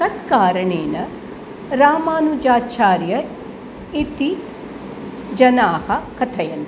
तत् कारणेन रामानुजाचार्यः इति जनाः कथयन्ति